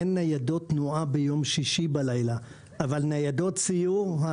אין ניידות תנועה ביום שישי בלילה אבל ניידות סיור,